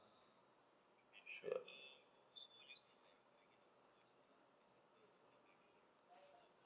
yup